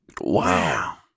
Wow